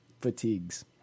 fatigues